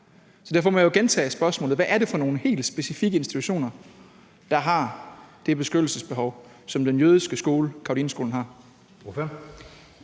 Så derfor må jeg jo gentage spørgsmålet: Hvad er det for nogle helt specifikke institutioner, der har det beskyttelsesbehov, som den jødiske skole Carolineskolen har?